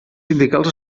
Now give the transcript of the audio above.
sindicals